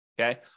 Okay